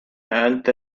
أنت